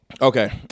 Okay